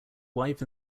wife